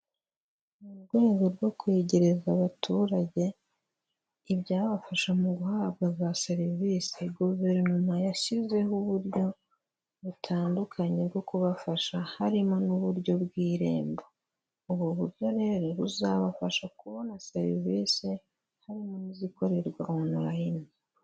Mu rwego rwo kwegereza abaturage ibyabafasha mu guhabwa za serivisi, guverinoma yashyizeho uburyo butandukanye bwo kubafasha harimo n'uburyo bw'irembo, ubu buryo rero buzabafasha kubona serivise harimo n'izikorerwa onorayini.